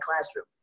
classroom